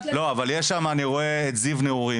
יש שם אני רואה את זיו נעורים,